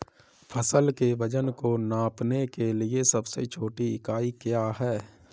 फसल के वजन को नापने के लिए सबसे छोटी इकाई क्या है?